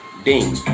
Ding